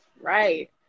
right